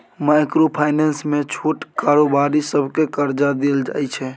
micro finance मे छोट कारोबारी सबकेँ करजा देल जाइ छै